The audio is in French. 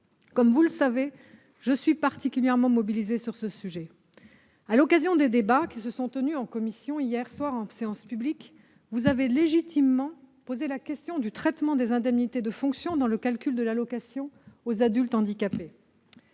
Comme vous le savez, je suis moi-même particulièrement mobilisée sur le sujet. À l'occasion des débats qui se sont tenus hier soir, vous avez légitimement posé la question du traitement des indemnités de fonction dans le calcul de l'allocation aux adultes handicapés.